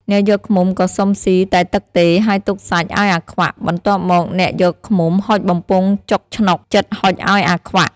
អ្នកយកឃ្មុំក៏សុំស៊ីតែទឹកទេ ហើយទុកសាច់ឱ្យអាខ្វាក់ បន្ទាប់មកអ្នកយកឃ្មុំហុចបំពង់ចុកឆ្នុកជិតហុចឱ្យអាខ្វាក់ ។